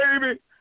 baby